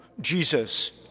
Jesus